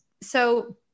So-